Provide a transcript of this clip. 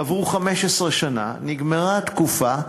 עברו 15 שנה, נגמרה התקופה.